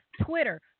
Twitter